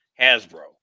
Hasbro